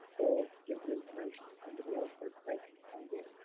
or give the information to somebody else so that they can find it.